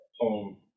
home